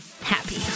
happy